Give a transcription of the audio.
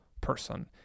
person